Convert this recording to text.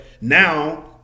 now